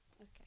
okay